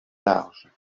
large